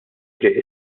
triq